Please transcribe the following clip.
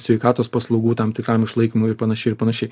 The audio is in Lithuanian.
sveikatos paslaugų tam tikram išlaikymui ir panašiai ir panašiai